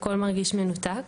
הכול מרגיש מנותק".